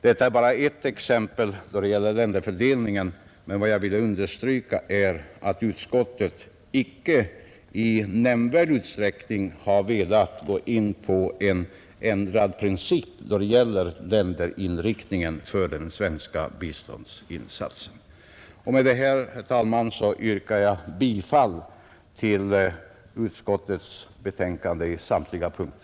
Detta är bara ett exempel då det gäller länderfördelningen. Jag har velat understryka att utskottet icke i nämnvärd utsträckning har velat gå med på att ändra principerna för länderinriktningen vid den svenska biståndsinsatsen. Med dessa ord, herr talman, yrkar jag bifall till utskottets hemställan på samtliga punkter.